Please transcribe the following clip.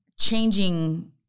changing